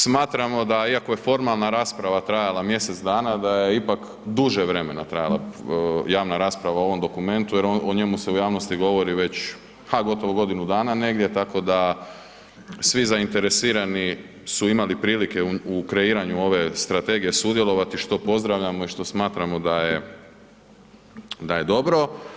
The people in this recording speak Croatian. Smatramo iako je formalna rasprava trajala mjesec dana da je ipak duže vremena trajala javna rasprava o ovom dokumentu jer o njemu se u javnosti govori već ha gotovo godinu dana negdje, tako da svi zainteresirani su imali prilike u kreiranju ove strategije sudjelovati, što pozdravljamo i što smatramo da je dobro.